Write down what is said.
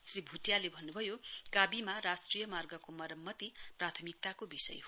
श्री भुटियाले भन्नुभयो कावीमा राष्ट्रिय मार्गको मरमत्ति प्राथमिकताको विषय हो